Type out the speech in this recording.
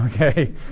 okay